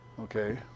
Okay